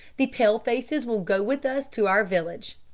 the pale-faces will go with us to our village.